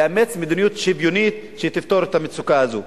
לאמץ מדיניות שוויונית שתפתור את המצוקה הזו.